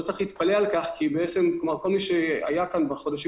צריך להתפלא על כך כי כל מי שהיה כאן בחודשים